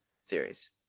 series